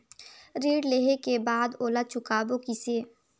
ऋण लेहें के बाद ओला चुकाबो किसे?